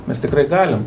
mes tikrai galim